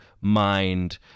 mind